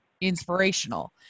inspirational